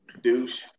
douche